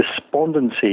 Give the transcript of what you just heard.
despondency